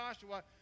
Joshua